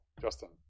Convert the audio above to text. justin